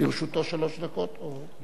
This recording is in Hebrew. לרשותו שלוש דקות או?